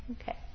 Okay